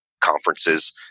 conferences